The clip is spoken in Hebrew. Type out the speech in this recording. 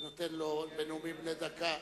ונותן לו בנאומים בני דקה,